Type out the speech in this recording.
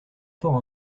forts